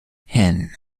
hen